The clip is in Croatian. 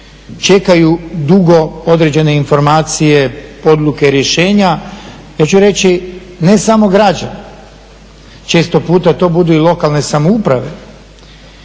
čekaju dugo određene informacije, odluke, rješenja. Ja ću reći ne samo građani. Često puta to budu i lokalne samouprave.